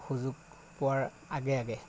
সুযোগ পোৱাৰ আগে আগে